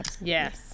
Yes